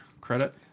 credit